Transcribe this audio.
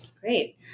Great